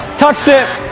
touched it!